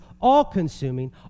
all-consuming